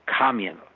communal